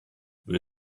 wir